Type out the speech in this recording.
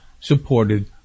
supported